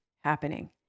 happening